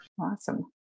Awesome